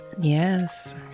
yes